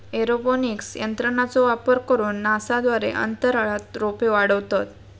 aeroponics तंत्रज्ञानाचो वापर करून नासा द्वारे अंतराळात रोपे वाढवतत